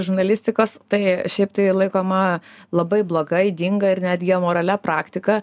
žurnalistikos tai šiaip tai laikoma labai bloga ydinga ir netgi amoralia praktika